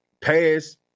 pass